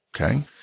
Okay